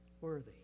worthy